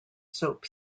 soap